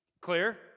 clear